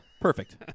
perfect